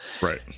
right